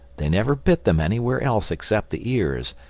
they never bit them anywhere else except the ears.